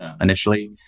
initially